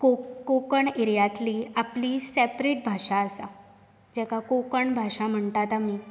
Coke Konkan एरियातली आपली separate भाशा आसा जाका कोकण भाशा म्हणटात आमी